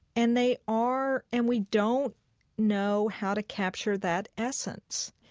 and they are and we don't know how to capture that essence.